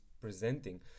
presenting